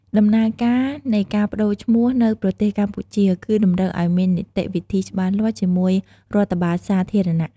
ដំណើរការនៃការប្ដូរឈ្មោះនៅប្រទេសកម្ពុជា គឺតម្រូវឲ្យមាននីតិវិធីច្បាស់លាស់ជាមួយរដ្ឋបាលសាធារណៈ។